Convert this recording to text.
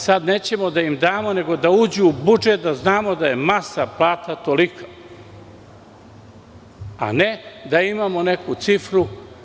Sada nećemo da im damo, nego da uđu u budžet, da znamo da je masa plata tolika i tolika, a ne da imamo neku cifru.